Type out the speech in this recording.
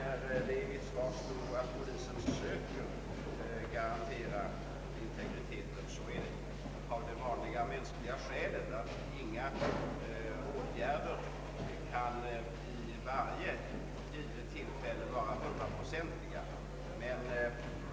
Att i mitt svar står att polisen söker garantera integriteten har det vanliga mänskliga skälet att ingen åtgärd kan vid varje givet tillfälle ge 100-procentig säkerhet.